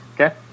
Okay